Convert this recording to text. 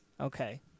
Okay